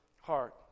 heart